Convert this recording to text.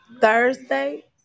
Thursday